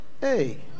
hey